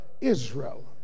Israel